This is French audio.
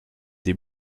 des